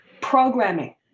programming